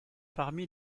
parmi